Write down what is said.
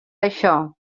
això